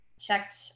checked